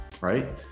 right